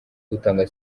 utanga